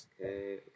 okay